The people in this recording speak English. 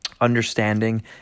understanding